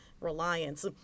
reliance